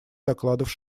докладов